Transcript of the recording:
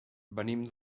venim